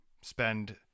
spend